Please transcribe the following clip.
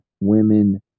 women